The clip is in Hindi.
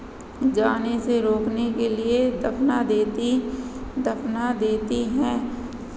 जाने से रोकने के लिए दफ़ना देती दफ़ना देती हैं